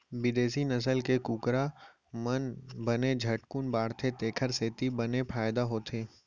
बिदेसी नसल के कुकरा मन बने झटकुन बाढ़थें तेकर सेती बने फायदा होथे